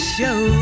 Show